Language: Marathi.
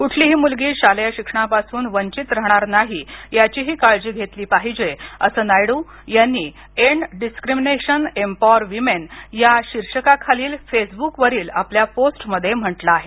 कुठलीही मुलगी शालेय शिक्षणापासून वंचित राहणार नाही याचीही काळजी घेतली पाहिजे असं नायडू यांनी एंड डिस्क्रिमिनेशन एम्पॉवर विमेन या शीर्षकाखालील फेसबुकवरील आपल्या पोस्टमध्ये म्हटलं आहे